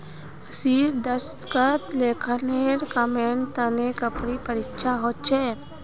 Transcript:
अस्सीर दशकत लेखांकनेर कामेर तने कड़ी परीक्षा ह छिले